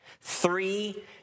Three